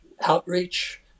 outreach